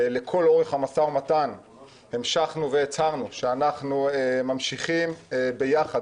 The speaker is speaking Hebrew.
לכל אורך המשא ומתן המשכנו והצהרנו שאנחנו ממשיכים יחד